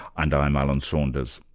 and i'm alan saunders.